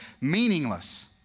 Meaningless